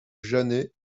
janet